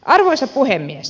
arvoisa puhemies